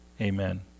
amen